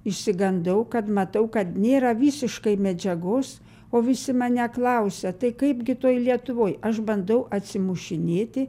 išsigandau kad matau kad nėra visiškai medžiagos o visi mane klausia tai kaipgi toj lietuvoj aš bandau atsimušinėti